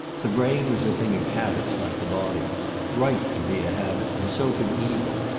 the brain was a thing of habits, like the body right could be a habit, and so could evil.